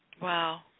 Wow